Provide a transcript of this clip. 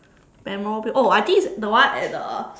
memorable oh I think is that one at the